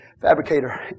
fabricator